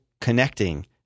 connecting